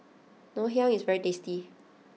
Ngoh Hiang is very tasty